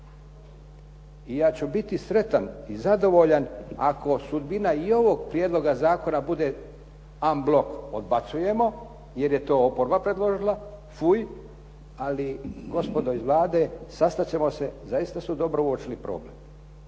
I ja ću biti sretan i zadovoljan ako sudbina i ovog prijedloga zakona bude …/Govornik se ne razumije./… odbacujemo jer je to oporba predložila. Fuj! Ali gospodo iz Vlade sastat ćemo se. Zaista su dobro uočili problem,